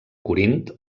corint